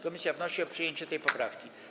Komisja wnosi o przyjęcie tej poprawki.